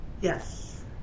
Yes